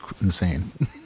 insane